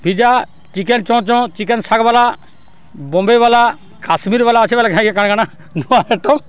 pizza chicken ଚଁଚ chicken ଶାଗ୍ବାଲା ବମ୍ବେବାଲା କାଶ୍ମୀର୍ ବାଲା ଅଛେ ବେଲେ ଘାଏକେ କାଣା କାଣା ନୂଆ ଆଇଟମ୍